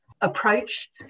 approach